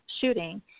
shooting